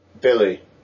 Billy